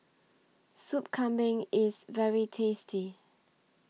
Soup Kambing IS very tasty